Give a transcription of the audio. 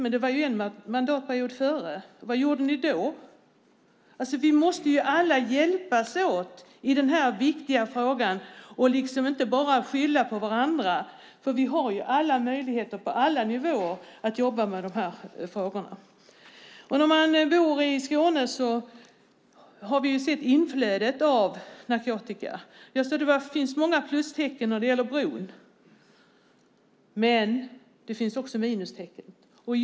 Men vad gjorde ni under den tidigare mandatperioden? Vi måste alla hjälpas åt i denna viktiga fråga och inte bara skylla på varandra. Vi har alla möjligheter på alla nivåer att jobba med dessa frågor. När man bor i Skåne har man sett inflödet av narkotika. Det finns många plustecken när det gäller bron. Men det finns också minustecken.